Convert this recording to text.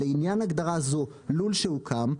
לעניין הגדרה זו לול שהוקם,